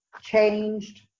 changed